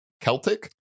Celtic